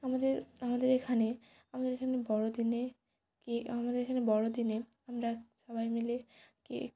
আমাদের আমাদের এখানে আমাদের এখানে বড়দিনে আমাদের এখানে বড়দিনে আমরা সবাই মিলে কেক